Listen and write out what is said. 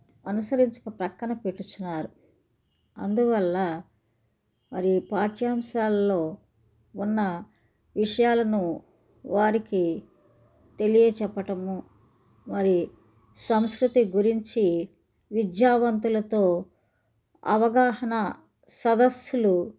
అనుసరించక ప్రక్కన పెట్టుచున్నారు అందువల్ల మరి పాఠ్యాంశాల్లో ఉన్న విషయాలను వారికి తెలియ చెప్పటము మరి సంస్కృతి గురించి విద్యావంతులతో అవగాహన సదస్సులు